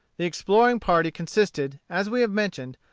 the exploring party consisted, as we have mentioned,